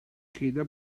queda